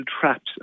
traps